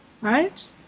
right